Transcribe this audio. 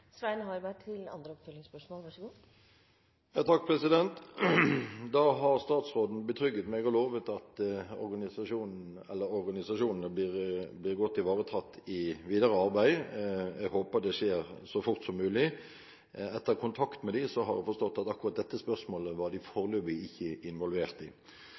Da har statsråden betrygget meg og lovet at organisasjonene blir godt ivaretatt i det videre arbeidet. Jeg håper det skjer så fort som mulig. Etter kontakten med dem har jeg forstått at akkurat dette spørsmålet var de foreløpig ikke involvert i.